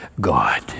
God